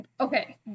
okay